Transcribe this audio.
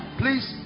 please